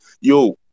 yo